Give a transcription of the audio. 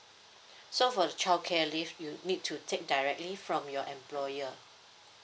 so for the childcare leave you need to take directly from your employer